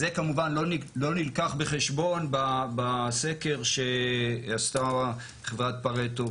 וזה כמובן לא נלקח בחשבון בסקר שעשתה חברת "פארטו"